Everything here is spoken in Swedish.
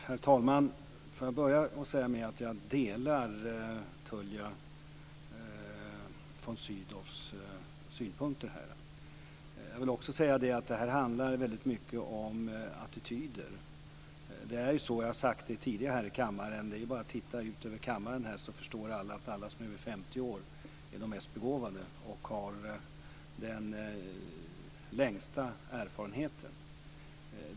Herr talman! Jag vill först säga att jag delar Tullia von Sydows synpunkter. Jag vill också säga att det här väldigt mycket handlar om attityder. Jag har tidigare här i kammaren sagt att det räcker med att titta ut över kammaren för att förstå att alla som är över 50 år är de mest begåvade och har den längsta erfarenheten.